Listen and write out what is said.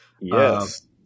Yes